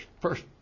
first